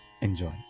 enjoy